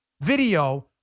video